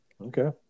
Okay